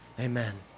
Amen